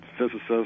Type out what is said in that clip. physicists